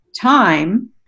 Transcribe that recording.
time